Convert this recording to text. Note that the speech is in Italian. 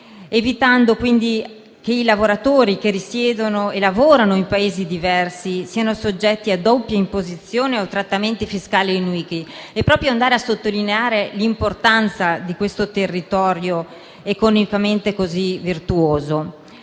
evitando che i lavoratori che risiedono e lavorano in Paesi diversi siano soggetti a doppia imposizione o trattamenti fiscali iniqui, andando tra l'altro a sottolineare l'importanza di un territorio economicamente così virtuoso.